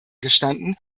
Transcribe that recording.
gestanden